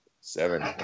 seven